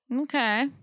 Okay